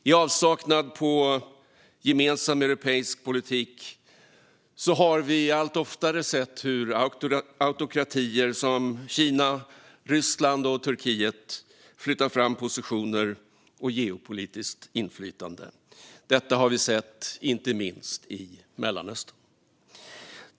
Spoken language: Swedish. I avsaknad av en gemensam europeisk politik har vi allt oftare sett hur autokratier som Ryssland, Kina och Turkiet flyttat fram positioner när det gäller geopolitiskt inflytande. Detta har vi inte minst sett i Mellanöstern.